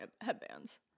headbands